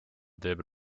teeb